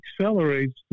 accelerates